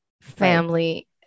family